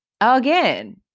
again